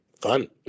Fun